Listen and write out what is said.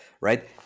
right